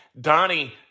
Donnie